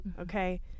Okay